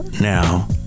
Now